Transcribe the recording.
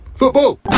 Football